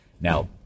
Now